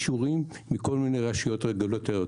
אישורים מכל מיני רשויות רגולטוריות.